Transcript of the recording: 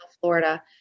Florida